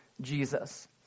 Jesus